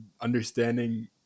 understanding